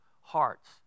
hearts